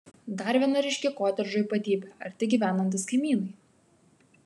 dar viena ryški kotedžo ypatybė arti gyvenantys kaimynai